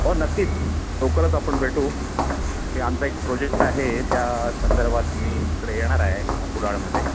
हो नक्कीच लवकरच आपण भेटू आमचा एक प्रोजेक्ट आहे त्या संदर्भात मी तिकडे येणार आहे कुडाळमध्ये